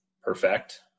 perfect